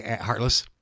heartless